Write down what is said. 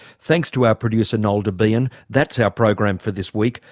thanks to our producer noel debien, that's our program for this week,